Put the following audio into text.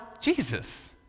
Jesus